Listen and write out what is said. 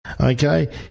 Okay